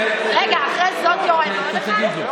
תסביר לו,